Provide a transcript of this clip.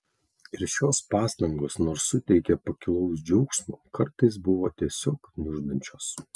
ir šios pastangos nors suteikė pakilaus džiaugsmo kartais buvo tiesiog gniuždančios